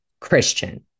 Christian